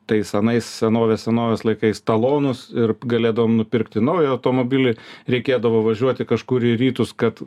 tais anais senovės senovės laikais talonus ir galėdavom nupirkti naują automobilį reikėdavo važiuoti kažkur į rytus kad